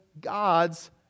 God's